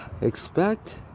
expect